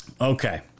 Okay